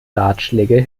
ratschläge